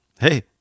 Hey